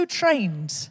trained